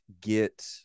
get